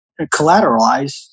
collateralized